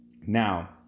Now